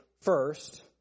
first